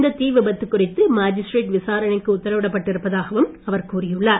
இந்த தீவிபத்து குறித்து மாஜிஸ்ட்ரேட் விசாரணைக்கு உத்தரவிடப்பட்டு இருப்பதாகவும் அவர் கூறியுள்ளார்